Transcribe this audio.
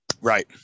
Right